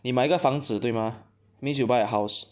你买个房子对吗 means you buy a house